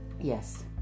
yes